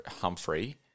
Humphrey